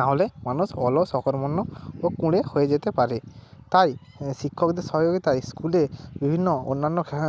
নাহলে মানুষ অলস অকর্মন্ন ও কুঁড়ে হয়ে যেতে পারে তাই শিক্ষকদের সহযোগীতায় স্কুলে বিভিন্ন অন্যান্য খ্যা